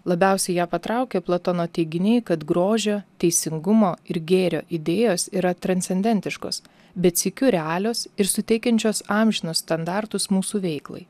labiausiai ją patraukė platono teiginiai kad grožio teisingumo ir gėrio idėjos yra transcendentiškos bet sykiu realios ir suteikiančios amžinus standartus mūsų veiklai